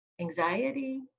anxiety